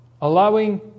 allowing